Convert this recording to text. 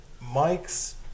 Mike's